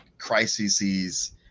crises